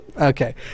Okay